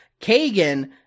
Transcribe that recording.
Kagan